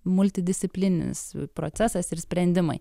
multidisciplininis procesas ir sprendimai